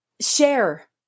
share